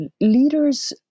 leaders